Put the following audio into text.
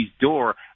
door